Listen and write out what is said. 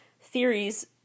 theories